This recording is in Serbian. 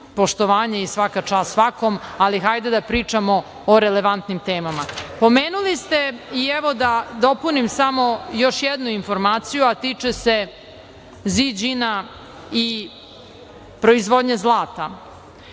poštovanje i svaka čast svakome, ali hajde da pričamo o relevantnim temama. Pomenuli ste i da dopunim samo još jednu informaciju, a tiče se „Ziđina“ i proizvodnje zlata,